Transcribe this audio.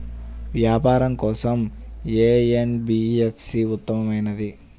వ్యాపారం కోసం ఏ ఎన్.బీ.ఎఫ్.సి ఉత్తమమైనది?